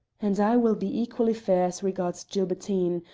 and i will be equally fair as regards gilbertine.